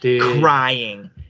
Crying